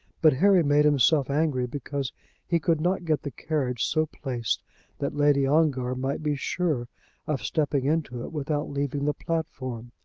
but harry made himself angry because he could not get the carriage so placed that lady ongar might be sure of stepping into it without leaving the platform.